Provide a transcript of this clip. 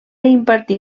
impartí